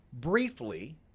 briefly